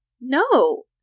No